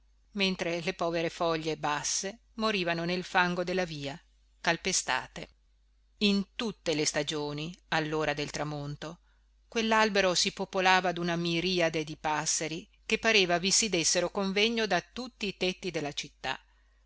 mentre le povere foglie basse morivano nel fango della via calpestate in tutte le stagioni allora del tramonto quellalbero si popolava duna miriade di passeri che pareva vi si dessero convegno da tutti i tetti della città